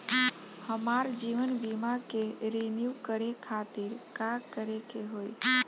हमार जीवन बीमा के रिन्यू करे खातिर का करे के होई?